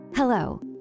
Hello